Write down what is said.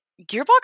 Gearbox